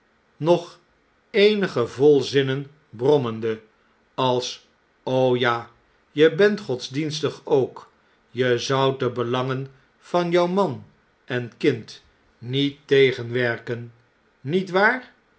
nog eenige volzinnen brommende als ja je bent godsdienstig ook je zoudt de belangen van jou man en kind niet tegenwerken niet waar